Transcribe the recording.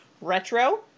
retro